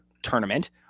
Tournament